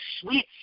sweet